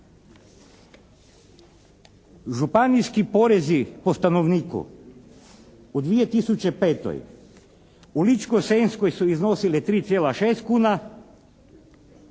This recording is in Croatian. Županijski porezi po stanovniku u 2005. u Ličko-senjskoj su iznosili 3,6 kuna,